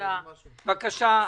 בבקשה.